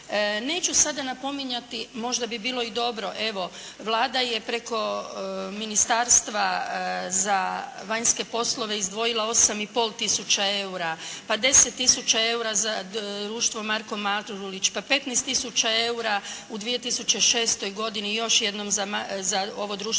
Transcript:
Neću sada napominjati, možda bi bilo i dobro evo Vlada je preko Ministarstva za vanjske poslove izdvojila 8 i pol tisuća eura, pa 10000 eura za “Društvo Marko Marulić“, pa 15000 eura u 2006. godini još jednom za ovo društvo